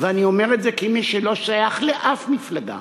ואני אומר את זה כמי שלא שייך לאף מפלגה.